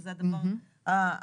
שזה הדבר הבסיסי.